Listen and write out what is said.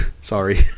Sorry